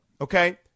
okay